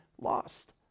lost